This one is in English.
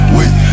Wait